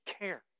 care